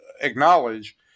acknowledge